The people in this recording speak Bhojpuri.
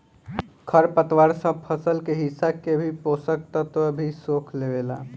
खर पतवार सब फसल के हिस्सा के भी पोषक तत्व भी सोख लेवेला